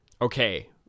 Okay